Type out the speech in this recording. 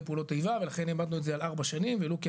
פעולות האיבה ולכן העמדנו את זה על ארבע שנים ולו כאמירה.